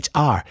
HR